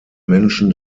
menschen